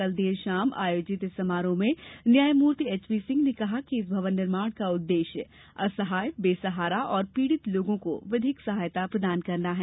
कल देर शाम आयोजित इस समारोह में न्यायमूर्ति एचपी सिंह ने कहा कि इस भवन निर्माण का उद्देश्य असहाय बेसहारा और पीड़ित लोगों को विधिक सहायता प्रदान करना है